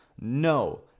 no